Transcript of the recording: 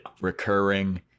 Recurring